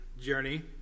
journey